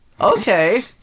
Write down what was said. Okay